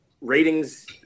ratings